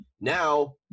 now